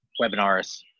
webinars